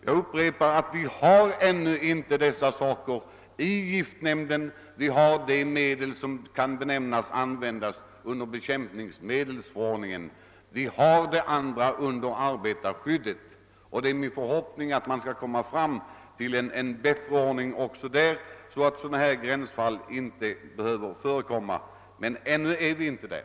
Jag understryker alltså att vi i giftnämnden endast har att göra med de medel som omfattas av bekämpnings medelsförordningen, medan andra preparat hänförs till arbetarskyddet. Det är min förhoppning att man skall kunna åstadkomma en bättre gränsdragning härvidlag, men ännu har inte detta skett.